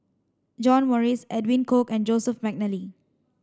John Morrice Edwin Koek and Joseph Mcnally